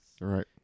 right